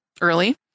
early